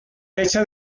hecha